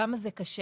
כמה זה קשה.